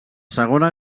segona